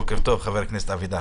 בוקר טוב, חבר הכנסת אבידר